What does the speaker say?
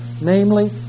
namely